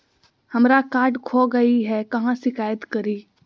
हमरा कार्ड खो गई है, कहाँ शिकायत करी?